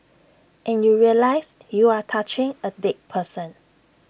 and you realise you are touching A dead person